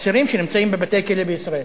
אסירים שנמצאים בבתי-כלא בישראל.